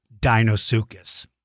Dinosuchus